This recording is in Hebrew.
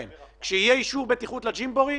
הם יענו להם: "כשיהיה אישור בטיחות לג'ימבורי"?